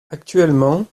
actuellement